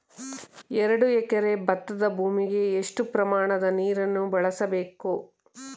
ಎರಡು ಎಕರೆ ಭತ್ತದ ಭೂಮಿಗೆ ಎಷ್ಟು ಪ್ರಮಾಣದ ನೀರನ್ನು ಬಳಸಬೇಕು?